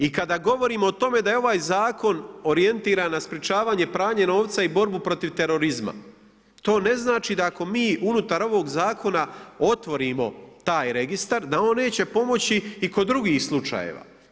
I kada govorimo o tome da je ovaj Zakon orijentiran na sprečavanje i pranje novca i borbu protiv terorizma, to ne znači da ako mi unutar ovog Zakona otvorimo taj Registar, da on neće pomoći i kod drugih slučajeva.